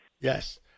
yes